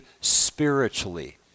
spiritually